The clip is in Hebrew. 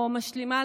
או משלימה,